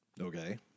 Okay